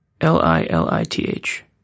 L-I-L-I-T-H